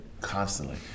constantly